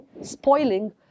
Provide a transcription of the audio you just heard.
spoiling